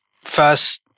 first